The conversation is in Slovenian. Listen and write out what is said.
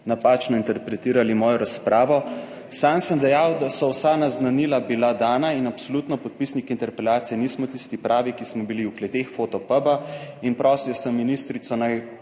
napačno interpretirali mojo razpravo. Sam sem dejal, da so vsa naznanila bila dana in absolutno podpisniki interpelacije nismo tisti pravi, ki smo bili v kleteh Fotopuba in prosil sem ministrico, naj